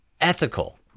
ethical